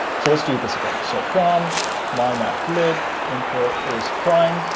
so, let's do this again. so, from mymathlib import is prime.